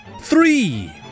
three